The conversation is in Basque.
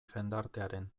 jendartearen